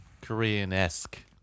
Korean-esque